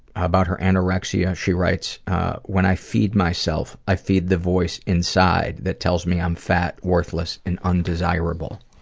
about her anorexia, she writes when i feed myself, i feed the voice inside that tells me i'm fat, worthless, and undesirable.